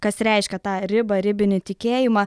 kas reiškia tą ribą ribinį tikėjimą